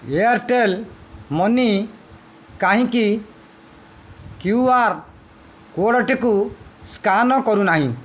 Airtel money କାହିଁକି Q R କୋଡ଼୍ଟିକୁ scan କରୁନାହିଁ